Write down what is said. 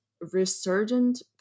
resurgent